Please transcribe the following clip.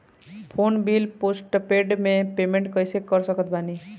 Phone bill postpaid के payment कैसे कर सकत बानी?